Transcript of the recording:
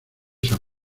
san